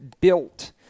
built